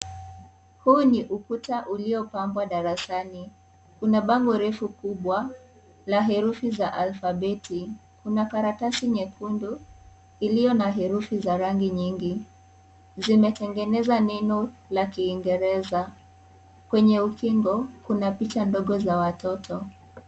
Huu ni ukuta uliopambwa darasani, kuna bango refu kubwa la herufi za alfabeti , kuna karatasi nyekundu iliyo na herufi za rangi nyingi, zimetengeneza neno la kiingereza, kwenye ukingo kuna picha ndogo za watoto.